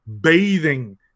bathing